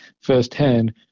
firsthand